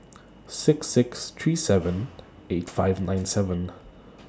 six six three seven eight five nine seven